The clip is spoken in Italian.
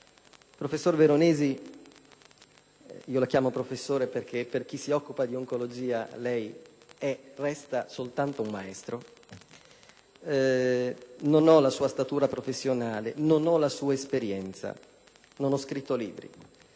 Professor Veronesi (la chiamo professore perché per chi si occupa di oncologia lei è e resta soltanto un maestro), non ho la sua statura personale e la sua esperienza e non ho scritto libri,